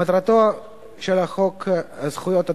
מטרתו של חוק זכויות התלמיד,